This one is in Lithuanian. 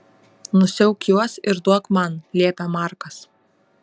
nusiauk juos ir duok man liepia markas